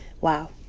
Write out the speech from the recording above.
Wow